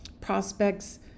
prospects